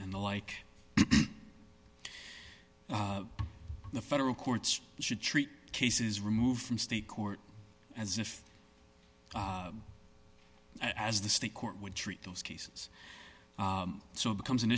and the like the federal courts should treat cases removed from state court as if as the state court would treat those cases so it becomes an